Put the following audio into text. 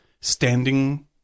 standing